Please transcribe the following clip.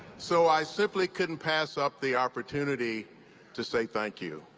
so i simply couldn't pass up the opportunity to say thank you.